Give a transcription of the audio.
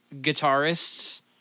guitarists